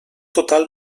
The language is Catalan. total